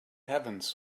heavens